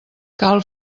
cal